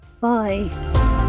bye